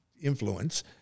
influence